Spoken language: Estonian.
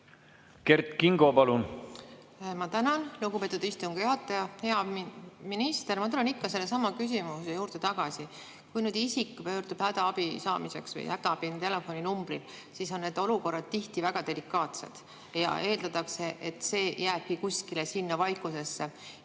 Kert Kingo, palun! Ma tänan, lugupeetud istungi juhataja! Hea minister! Ma tulen ikka sellesama küsimuse juurde tagasi. Kui isik pöördub abi saamiseks hädaabi telefoninumbrile, siis on need olukorrad tihti väga delikaatsed ja eeldatakse, et see jääbki kuskile sinna vaikusesse.